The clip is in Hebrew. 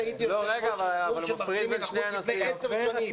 אני אישית הייתי יושב-ראש ארגון של מרצים מבחוץ איזה עשר שנים.